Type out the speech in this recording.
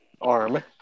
arm